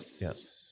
Yes